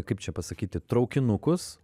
kaip čia pasakyti traukinukus